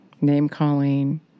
name-calling